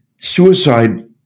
Suicide